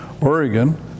Oregon